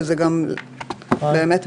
שזה מאוד כללי.